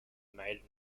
maiden